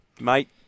mate